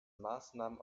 maßnahmen